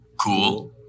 Cool